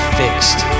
fixed